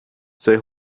say